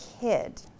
kid